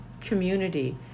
community